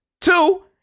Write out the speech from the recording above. Two